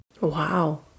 Wow